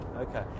Okay